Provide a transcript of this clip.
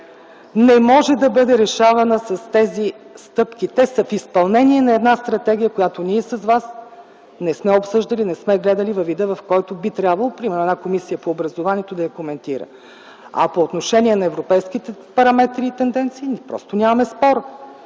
не може да бъде решавана с тези стъпки. Те са в изпълнение на една стратегия, която ние с вас не сме обсъждали, не сме гледали във вида, в който би трябвало, примерно, една Комисия по образованието да я коментира. А по отношение на европейските параметри и тенденции, ние просто нямаме спор.